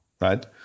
right